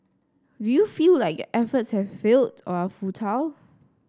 do you feel like efforts have failed or are futile